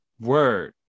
word